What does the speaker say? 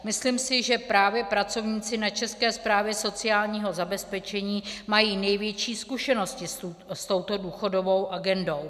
Myslím si, že právě pracovníci na České správě sociálního zabezpečení mají největší zkušenosti s touto důchodovou agendou.